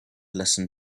listen